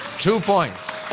two points.